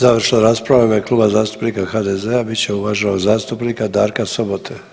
Završna rasprava u ime Kluba zastupnika HDZ-a bit će uvaženog zastupnika Darka Sobote.